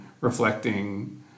reflecting